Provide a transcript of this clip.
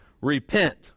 Repent